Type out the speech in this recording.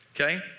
okay